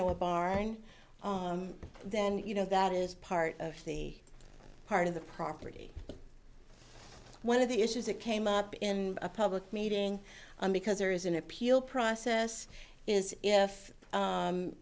know a borrowing then you know that is part of the part of the property one of the issues that came up in a public meeting because there is an appeal process is if